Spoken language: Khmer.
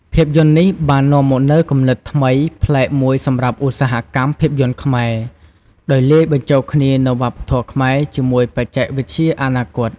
ភាពយន្តនេះបាននាំមកនូវគំនិតថ្មីប្លែកមួយសម្រាប់ឧស្សាហកម្មភាពយន្តខ្មែរ ដោយលាយបញ្ចូលគ្នានូវវប្បធម៌ខ្មែរជាមួយបច្ចេកវិទ្យាអនាគត ។